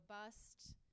robust